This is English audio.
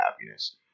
happiness